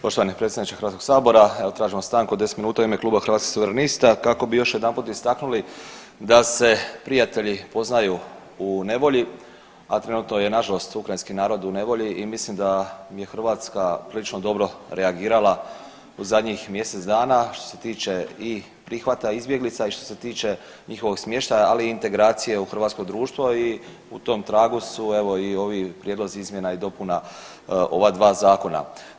Poštovani predsjedniče HS, evo tražimo stanku od 10 minuta u ime Kluba Hrvatskih suverenista kako bi još jedanput istaknuli da se prijatelji poznaju u nevolji, a trenutno je nažalost ukrajinski narod u nevolji i mislim da im je Hrvatska prilično dobro reagirala u zadnjih mjesec dana što se tiče i prihvata izbjeglica i što se tiče njihovog smještaja, ali i integracije u hrvatsko društvo i u tom tragu su evo i ovi prijedlozi izmjena i dopuna ova dva zakona.